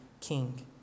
king